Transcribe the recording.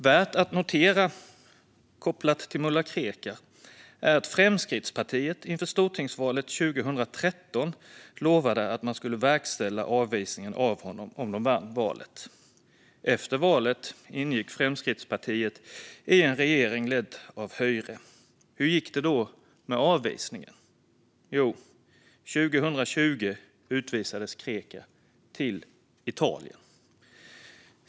Värt att notera kopplat till mulla Krekar är att Fremskrittspartiet inför stortingsvalet 2013 lovade att avvisningen av honom skulle verkställas om de vann valet. Efter valet ingick Fremskrittspartiet i en regering ledd av Høyre. Hur gick det då med avvisningen? År 2020 utvisades Krekar - till Italien.